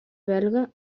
belga